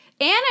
Anna